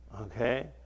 Okay